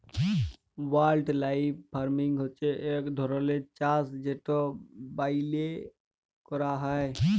wildlife farming হছে ইক ধরলের চাষ যেট ব্যইলে ক্যরা হ্যয়